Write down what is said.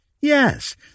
Yes